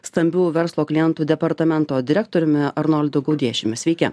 stambių verslo klientų departamento direktoriumi arnoldu gaudiešiumi sveiki